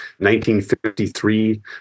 1953